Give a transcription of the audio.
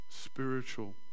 spiritual